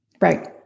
Right